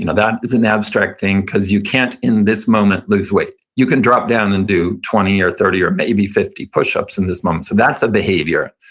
you know that is an abstract thing because you can't in this moment lose weight. you can drop down and do twenty or thirty or maybe fifty push-ups in this moment. that's a behavior,